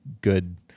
good